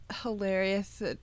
hilarious